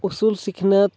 ᱩᱥᱩᱞ ᱥᱤᱠᱷᱱᱟᱹᱛ